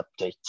updates